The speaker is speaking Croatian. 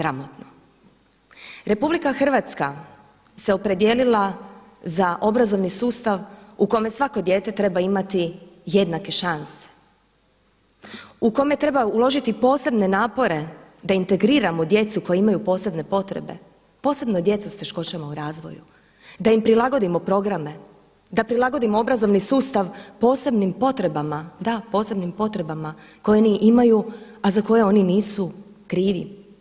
RH se opredijelila za obrazovni sustav u kojem svako dijete treba imati jednake šanse, u kome treba uložiti posebne napore da integriramo djecu koja imaju posebne potrebe posebno djecu sa teškoćama u razvoju, da im prilagodimo programe, da prilagodimo obrazovni sustav posebnim potrebama, da, posebnim potrebama koje oni imaju a za koje oni nisu krivi.